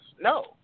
No